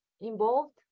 involved